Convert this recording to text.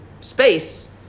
space